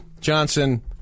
johnson